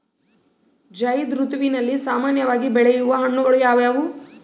ಝೈಧ್ ಋತುವಿನಲ್ಲಿ ಸಾಮಾನ್ಯವಾಗಿ ಬೆಳೆಯುವ ಹಣ್ಣುಗಳು ಯಾವುವು?